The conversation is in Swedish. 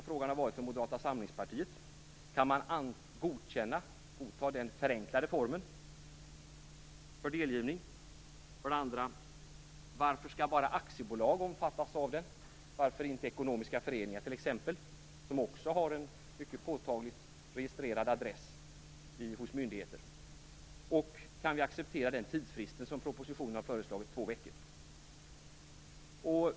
Frågan för Moderata samlingspartiet har varit om man kan godta den förenklade formen för delgivning. Man kan också fråga sig varför bara aktiebolag skall omfattas. Varför skall bestämmelserna inte omfatta också ekonomiska föreningar, t.ex., som också har en registrerad adress hos myndigheterna? Kan vi acceptera den tidsfrist som propositionen har föreslagit, dvs. två veckor?